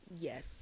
Yes